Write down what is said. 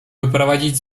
wyprowadzić